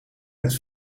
met